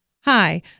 Hi